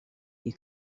you